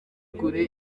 kure